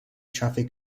traffic